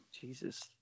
Jesus